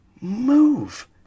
Move